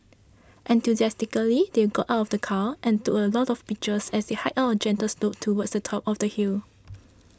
enthusiastically they got out of the car and took a lot of pictures as they hiked up a gentle slope towards the top of the hill